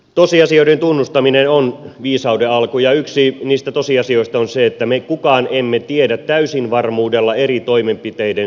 tosiasioiden tunnustaminen on viisauden alku ja yksi niistä tosiasioista on se että meistä kukaan ei tiedä täysin varmuudella eri toimenpiteiden seurauksia